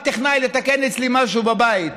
בא טכנאי לתקן אצלי משהו בבית,